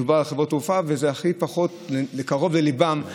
מדובר על חברות תעופה, וזה הכי פחות קרוב לליבן,